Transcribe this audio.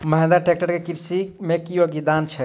Mahindra tractor केँ कृषि मे की योगदान छै?